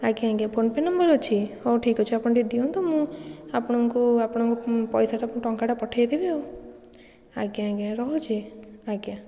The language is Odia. ଆଜ୍ଞା ଆଜ୍ଞା ଫୋନ୍ ପେ' ନମ୍ବର୍ ଅଛି ହେଉ ଠିକ୍ ଅଛି ଆପଣ ଟିକିଏ ଦିଅନ୍ତୁ ମୁଁ ଆପଣଙ୍କୁ ଆପଣଙ୍କ ପଇସା ଟଙ୍କାଟା ପଠେଇ ଦେବି ଆଉ ଆଜ୍ଞା ଆଜ୍ଞା ରହୁଛି ଆଜ୍ଞା